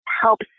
helps